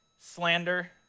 slander